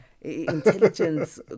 intelligence